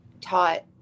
taught